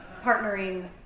partnering